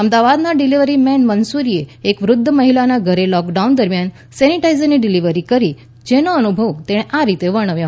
અમદાવાદનાં delivery man મન્સુરીએ એક વૃધ્ધ મહિલાના ઘરે લોકડાઉન દરમિયાન સેનિટાઈજરની ડિલિવરી કરી જેનો અનુભવ તેણે આ રીતે વર્ણવ્યો